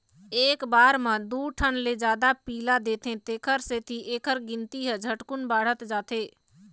एक बार म दू ठन ले जादा पिला देथे तेखर सेती एखर गिनती ह झटकुन बाढ़त जाथे